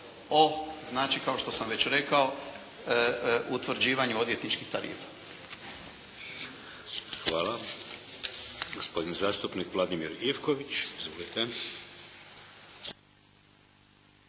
o, znači kao što sam već rekao utvrđivanju odvjetničkih tarifa. **Šeks, Vladimir (HDZ)** Hvala. Gospodin zastupnik Vladimir Ivković. Izvolite.